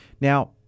Now